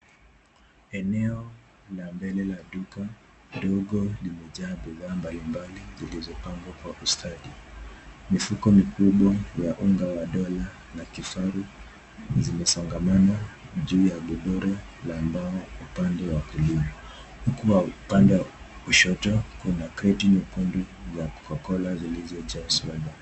Eneo la mbele la duka ndogo limejaa bidhaa mbalimbali zilizopangwa kwa ustadi. Mifuko mikubwa ya unga wa Dola na Kifaru zimesongamana juu ya godoro la mbao upande wa kulia. Huku upande wa kushoto kuna kreti nyekundu ya CocaCola zilizojaa soda.